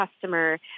customer